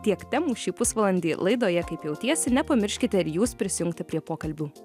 tiek temų šį pusvalandį laidoje kaip jautiesi nepamirškite ir jūs prisijungti prie pokalbių